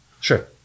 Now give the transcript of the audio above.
sure